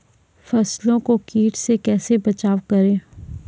फसलों को कीट से कैसे बचाव करें?